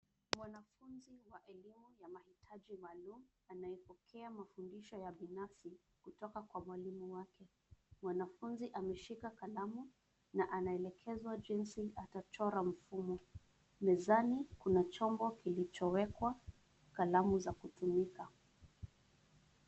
Mwanafunzi wa elimu ya mahitaji maalum, anayepokea mafundisho ya binafsi, kutoka kwa mwalimu wake, mwanafunzi ameshika kalamu, na anaelekezwa jinsi atachora mfumo, mezani kuna chombo kilichowekwa, kalamu za kutumika.